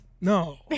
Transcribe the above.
No